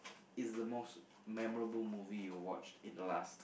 is the most memorable movie you watched in the last